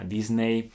Disney